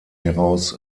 heraus